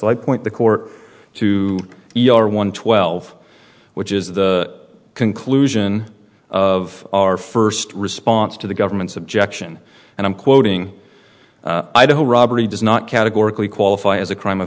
i point the court to your one twelve which is the conclusion of our first response to the government's objection and i'm quoting idaho robbery does not categorically qualify as a crime of